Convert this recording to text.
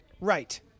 Right